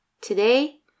Today